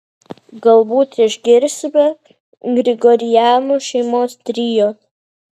galbūt išgirsime grigorianų šeimos trio